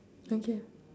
okay